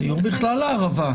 סיור בכלל לערבה.